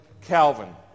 Calvin